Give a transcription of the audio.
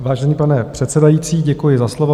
Vážený pane předsedající, děkuji za slovo.